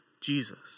Jesus